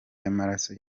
y’amaraso